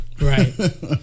Right